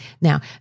Now